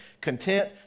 content